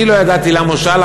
אני לא ידעתי למה הוא שאל,